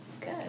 good